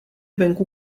venku